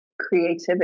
creativity